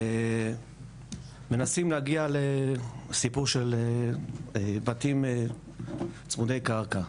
ומנסים להגיע לסיפור של בתים צמודי קרקע.